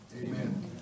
Amen